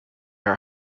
are